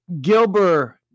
Gilbert